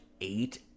eight